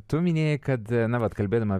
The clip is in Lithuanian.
tu minėjai kad na vat kalbėdama